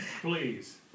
Please